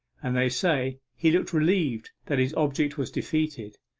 and, they say, he looked relieved that his object was defeated.